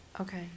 Okay